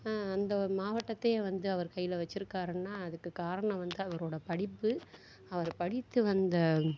அந்த மாவட்டத்தையே வந்து அவர் கையில் வச்சுருக்காருன்னா அதுக்கு காரணம் வந்து அவரோட படிப்பு அவர் படித்து வந்த